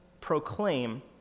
proclaim